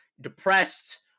depressed